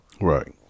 Right